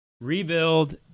rebuild